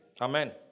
Amen